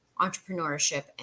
entrepreneurship